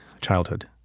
childhood